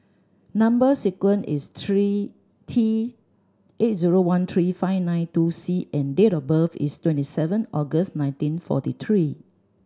number sequence is three T eight zero one three five nine two C and date of birth is twenty seven August nineteen forty three